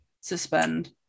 suspend